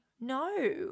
no